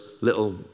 little